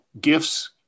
gifts